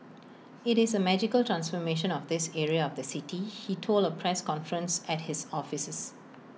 IT is A magical transformation of this area of the city he told A press conference at his offices